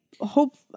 hope